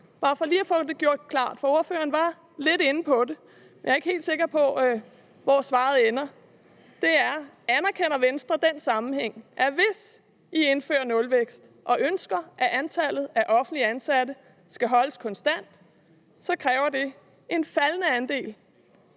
bare for lige at få det gjort det klart, for ordføreren var lidt inde på det, men jeg var ikke helt sikker på, hvor svaret endte: Anerkender Venstre den sammenhæng, at hvis man indfører nulvækst og ønsker, at antallet af offentligt ansatte skal holdes konstant, så kræver det en faldende andel